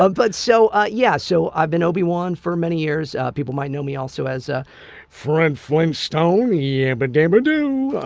um but so ah yeah, so i've been obi-wan for many years. people might know me also as ah fred um flintstone yabba dabba do,